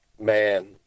man